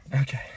Okay